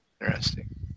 Interesting